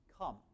Come